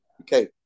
okay